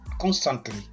constantly